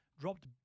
dropped